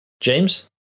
James